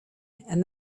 and